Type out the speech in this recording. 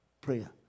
prayer